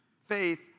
Faith